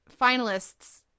finalists